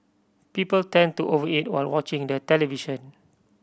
people tend to over eat while watching the television